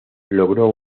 logró